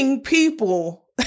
people